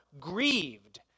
grieved